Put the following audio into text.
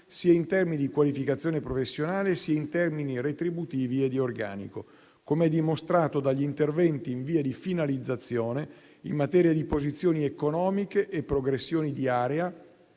sia in termini di riqualificazione professionale sia in termini retributivi e di organico, com'è dimostrato dagli interventi in via di finalizzazione in materia di posizioni economiche e progressioni di area,